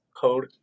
Code